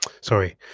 sorry